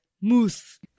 moose